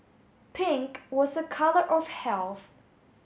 pink was a colour of health